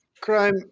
Crime